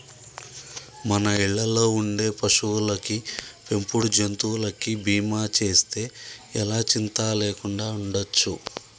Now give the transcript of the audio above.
మన ఇళ్ళల్లో ఉండే పశువులకి, పెంపుడు జంతువులకి బీమా చేస్తే ఎలా చింతా లేకుండా ఉండచ్చు